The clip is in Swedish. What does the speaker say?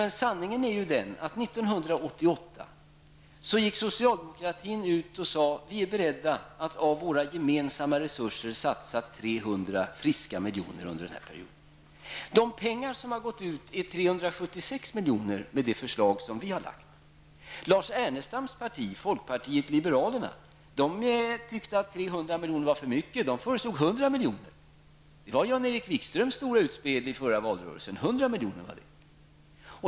Men sanningen är ju att vi socialdemokrater 1988 gick ut och sade att vi är beredda att av våra gemensamma resurser satsa 300 friska miljoner under den här perioden. De pengar som har gått ut är 376 miljoner enligt vårt förslag. Lars Ernestams parti, folkpartiet liberalerna, tyckte att 300 miljoner var för mycket och föreslog 100 miljoner. Det var Jan-Erik Wikströms stora utspel i den förra valrörelsen.